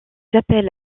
appels